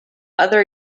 other